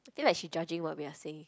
I feel like she judging what we are saying